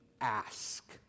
ask